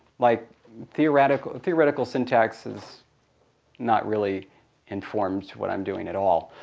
like theoretical theoretical syntax has not really informed what i'm doing at all, all,